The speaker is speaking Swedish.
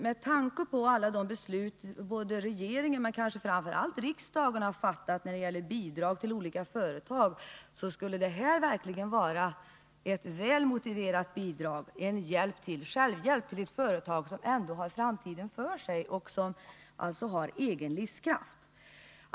Med tanke på alla de beslut som regeringen och kanske framför allt riksdagen har fattat när det gällt bidrag till olika företag, så skulle det här verkligen vara ett väl motiverat bidrag, en hjälp till självhjälp åt ett företag som ändå har framtiden för sig och som har egen livskraft.